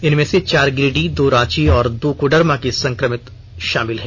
इनमें से चार गिरिडीह दो रांची और दो कोडरमा के संक्रमित शामिल हैं